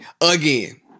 again